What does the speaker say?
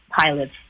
pilots